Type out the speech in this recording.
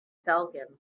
falcon